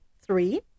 Three